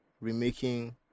remaking